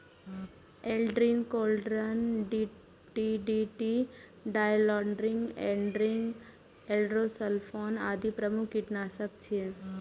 Aldrin, chlordane, DDT, dieldrin, endrin, endosulfan आदि प्रमुख कीटनाशक छियै